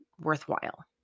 worthwhile